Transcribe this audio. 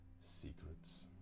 Secrets